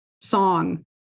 song